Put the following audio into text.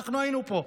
אנחנו היינו פה,